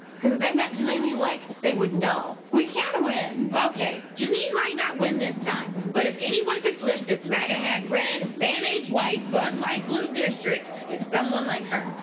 because if they met jeannine lee lake, they would know we can win. okay, jeannine might not win this time, but if anyone could flip this maga hat red, mayonnaise white, bud light blue district, it's someone like her.